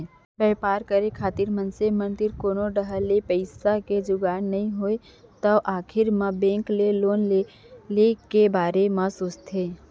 बेपार करे खातिर मनसे तीर कोनो डाहर ले पइसा के जुगाड़ नइ होय तै आखिर मे बेंक ले लोन ले के बारे म सोचथें